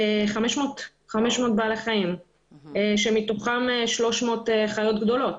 500 בעלי חיים שמתוכם 300 חיות גדולות.